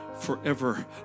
forever